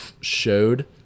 showed